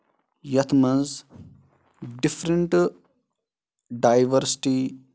یَتھ منز different diversity